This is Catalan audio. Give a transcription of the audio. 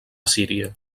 assíria